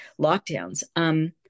lockdowns